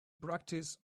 practice